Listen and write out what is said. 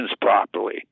properly